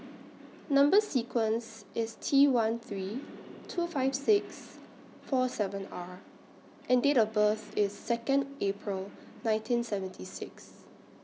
Number sequence IS T one three two five six four seven R and Date of birth IS Second April nineteen seventy six